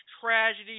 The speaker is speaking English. tragedy